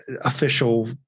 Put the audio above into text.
official